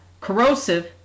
corrosive